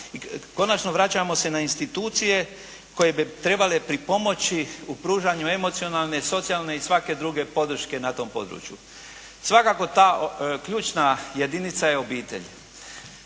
Konačno vraćamo se na institucije koje bi trebale pripomoći u pružanju emocionalne, socijalne i svake druge podrške na tom području. Svakako ta ključna jedinica je obitelj.